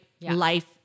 life